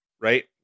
right